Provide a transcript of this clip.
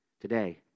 today